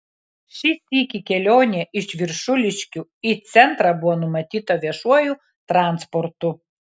šį sykį kelionė iš viršuliškių į centrą buvo numatyta viešuoju transportu